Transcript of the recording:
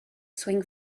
swing